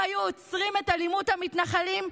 אם היו עוצרים את אלימות המתנחלים,